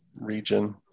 region